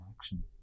action